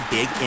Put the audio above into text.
Big